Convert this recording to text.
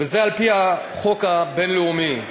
וזה על-פי החוק הבין-לאומי.